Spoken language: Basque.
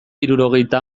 hirurogeita